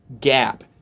gap